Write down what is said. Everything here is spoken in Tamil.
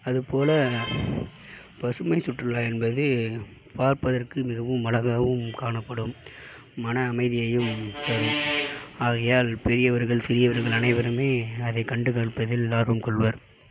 அதுபோல் பசுமை சுற்றுலா என்பது பார்ப்பதற்கு மிகவும் அழகாகவும் காணப்படும் மன அமைதியையும் தரும் ஆகையால் பெரியவர்கள் சிறியவர்கள் அனைவருமே அதைக் கண்டுக்களிப்பதில் ஆர்வம் கொள்வர்